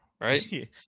Right